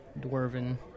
dwarven